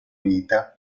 vita